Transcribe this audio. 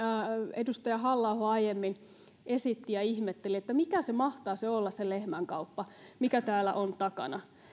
edustaja halla aho jo aiemmin esitti kun ihmetteli että mikä mahtaa olla se lehmänkauppa mikä täällä on takana